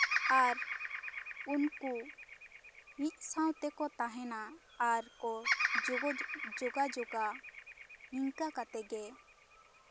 ᱟᱨ ᱩᱱᱠᱩ ᱢᱤᱫ ᱥᱟᱶ ᱛᱮᱠᱚ ᱛᱟᱦᱮᱱᱟ ᱟᱨ ᱠᱚ ᱡᱳᱜᱚ ᱡᱳᱜᱟᱡᱳᱜᱟ ᱱᱤᱝᱠᱟ ᱠᱟᱛᱮᱜᱮ